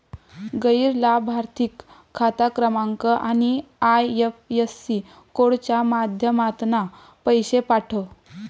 गैर लाभार्थिक खाता क्रमांक आणि आय.एफ.एस.सी कोडच्या माध्यमातना पैशे पाठव